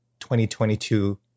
2022